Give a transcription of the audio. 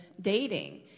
dating